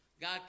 God